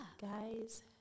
guys